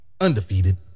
undefeated